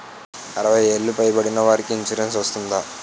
అరవై ఏళ్లు పై పడిన వారికి ఇన్సురెన్స్ వర్తిస్తుందా?